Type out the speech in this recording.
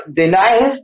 denial